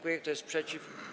Kto jest przeciw?